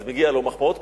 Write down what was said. אז מגיעות לו מחמאות,